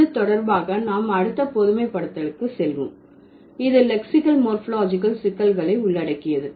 இது தொடர்பாக நாம் அடுத்த பொதுமைப்படுத்தலுக்கு செல்வோம் இது லெக்சிகல் மோர்பாலஜிகல் சிக்கல்களை உள்ளடக்கியது